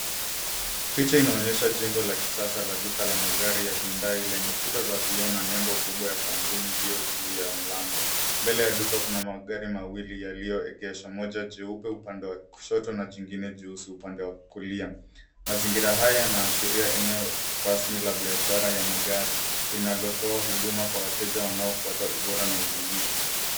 Picha inaonyesha jengo la kisasa la magari ya Hyundai lenye kuta za vioo na nembo kubwa ya kampuni hiyo juu ya mlango. Mbele ya duka kuna magari mawili yaliyoegeshwa moja jeupe upande wa kushoto na jingine jeusi upande wa kulia. Mazingira haya yanaashiria eneo rasmi la biashara ya magari linalotoa huduma kwa wateja wanaotoa ubora na ubunifu.